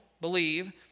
believe